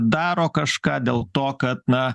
daro kažką dėl to kad na